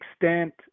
extent